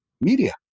Media